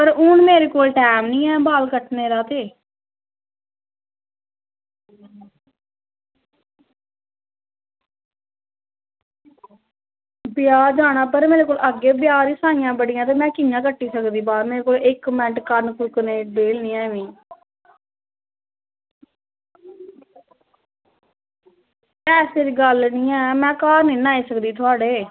पर हूमन मेरे कोल टैम नी ऐ बाल कटनें दा ते ब्याह् जानां पर मेरे कोल अग्गैं ब्याह् दियां साईयां बड़ियां ते में कियां कट्टी सकदी बाल इक मैंट बी कम्म चुक्कने गी बेह्ल नी ऐ मेरे कोल ऐसी गल्ल नी ऐ में घर नेंई ना आई सकदी थोआढ़े